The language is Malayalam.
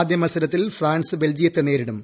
ആദ്യമത്സരത്തിൽ ഫ്രാൻസ് ബൽജിയത്തെ നേരിടും